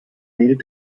needed